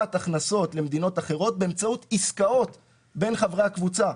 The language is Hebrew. העברת הכנסות למדינות אחרות באמצעות עסקאות בין חברי הקבוצה.